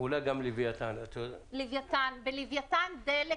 ואולי גם לווייתן --- בלווייתן דלק